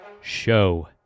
show